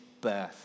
birth